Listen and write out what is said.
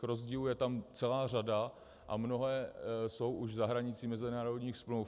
Rozdílů je tam celá řada a mnohé jsou už za hranicí mezinárodních smluv.